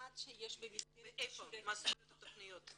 מה זאת אומרת תכניות?